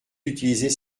utiliser